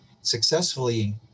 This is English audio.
successfully